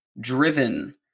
driven